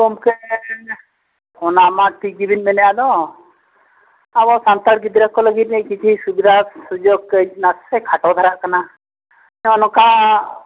ᱜᱚᱢᱠᱮ ᱚᱱᱟᱢᱟ ᱴᱷᱤᱠ ᱜᱮᱵᱤᱱ ᱢᱮᱱᱮᱫᱼᱟ ᱫᱚ ᱟᱵᱚ ᱥᱟᱱᱛᱟᱲ ᱜᱤᱫᱽᱨᱟᱹ ᱠᱚ ᱞᱟᱹᱜᱤᱫ ᱠᱤᱪᱷᱩ ᱥᱩᱵᱤᱫᱷᱟ ᱥᱩᱡᱳᱜᱽ ᱱᱟᱥᱮ ᱠᱷᱟᱴᱚ ᱫᱷᱟᱨᱟᱜ ᱠᱟᱱᱟ ᱪᱮᱫᱟᱜ ᱱᱚᱝᱠᱟ